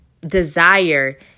desire